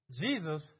Jesus